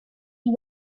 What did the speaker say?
and